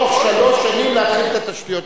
בתוך שלוש שנים להתחיל את התשתיות?